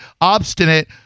obstinate